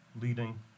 leading